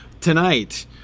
Tonight